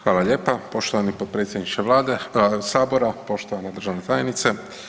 Hvala lijepa poštovani potpredsjedniče vlade, sabora, poštovana državna tajnice.